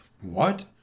What